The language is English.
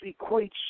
equates